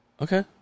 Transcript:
Okay